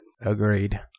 Agreed